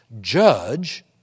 judge